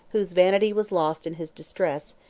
whose vanity was lost in his distress,